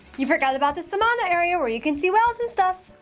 you forgot about the samana area, where you can see whales and stuff!